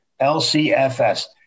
LCFS